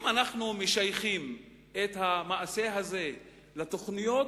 אם אנחנו משייכים את המעשה הזה לתוכניות